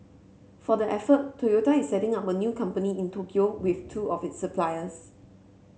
for the effort Toyota is setting up a new company in Tokyo with two of its suppliers